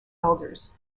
elders